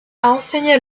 enseigné